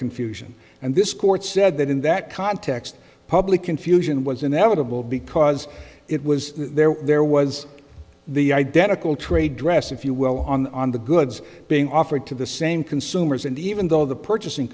confusion and this court said that in that context public confusion was inevitable because it was there there was the identical trade dress if you will on the goods being offered to the same consumers and even though the purchasing